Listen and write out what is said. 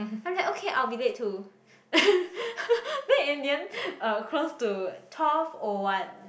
I'm like okay I'll be late too then in the end uh close to twelve O one